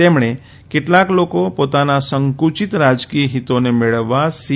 તેમણે કેટલાક લોકો પોતાના સંકુચિત રાજકીય હિતોને મેળવવા સી